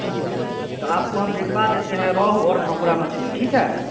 ठीक है तो आपको हम भेजबा देते हैं रोहू और भाकुड़ मछली ठीक है